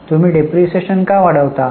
तुम्ही डेप्रिसिएशन का वाढवता